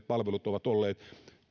palvelut ovat olleet